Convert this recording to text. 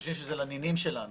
חושבים שזה לנינים שלנו.